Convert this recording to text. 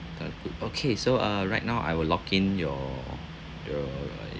o~ okay so uh right now I will lock in your